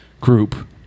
group